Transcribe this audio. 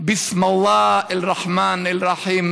(אומר בערבית: בשם אלוהים הרחמן והרחום.